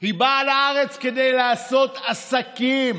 היא באה לארץ כדי לעשות עסקים.